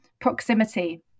proximity